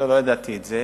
לא ידעתי את זה.